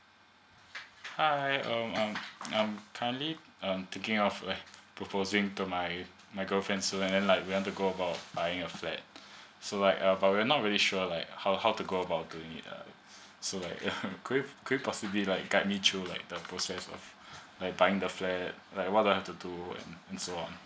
hi um I'm currently I'm thinking of like proposing to my my girlfriend so then like we want to go about buying a flat so like we are not really sure like how how to go about the uh so like uh could could you possibly like guide me through like the process of like buying the flat and what i have to do and so on